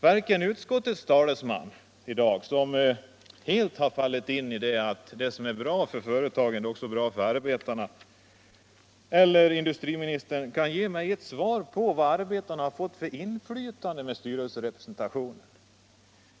Varken utskottets talesman i dag, som helt har fallit in i resonemanget att det som är bra för företagen också är bra för arbetarna, eller industriministern kan ge mig ett svar på frågan vad arbetarna har fått för inflytande med styrelserepresentationen.